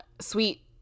Sweet